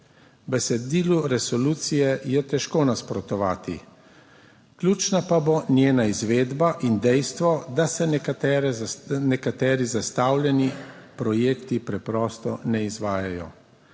Besedilu resolucije je težko nasprotovati, ključna pa bo njena izvedba in dejstvo, da se nekateri zastavljeni projekti preprosto ne izvajajo.